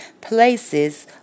places